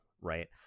right